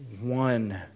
one